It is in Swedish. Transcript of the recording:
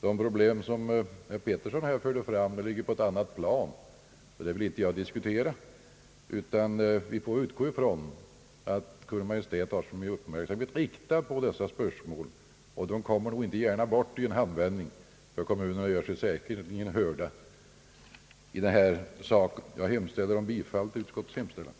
Det problem som herr Karl Pettersson här förde fram ligger på ett annat plan, så det vill jag inte diskutera, utan vi får utgå ifrån att Kungl. Maj:t har sin uppmärksamhet riktad på dessa spörsmål. De kommer nog inte bort i en handvändning, ty kommunerna gör sig säkerligen påminda i denna sak. Jag hemställer om bifall till utskottets förslag.